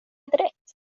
direkt